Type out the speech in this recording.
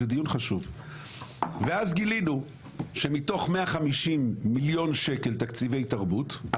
ואז גילינו שמתוך 150 מיליון שקל תקציבי תרבות,